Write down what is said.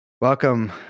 Welcome